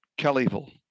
Kellyville